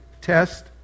test